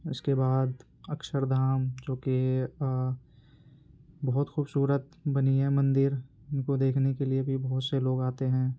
اس کے بعد اکشردھام جوکہ بہت خوبصورت بنی ہے مندر ان کو دیکھنے کے لیے بھی بہت سے لوگ آتے ہیں